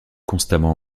constamment